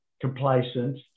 complacent